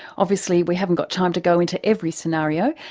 obviously we haven't got time to go into every scenario,